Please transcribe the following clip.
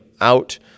out